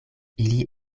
ili